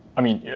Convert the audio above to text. i mean,